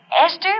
Esther